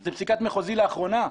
זו פסיקת מחוזי לאחרונה,